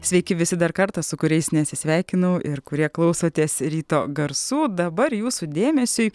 sveiki visi dar kartą su kuriais neatsisveikinau ir kurie klausotės ryto garsų dabar jūsų dėmesiui